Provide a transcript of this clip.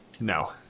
No